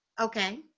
Okay